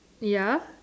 ya